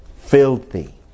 filthy